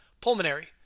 Pulmonary